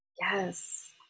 Yes